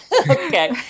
Okay